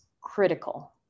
critical